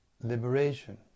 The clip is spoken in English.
liberation